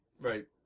Right